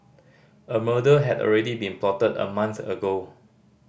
a murder had already been plotted a month ago